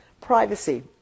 privacy